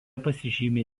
pasižymi